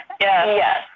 Yes